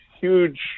huge